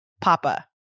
Papa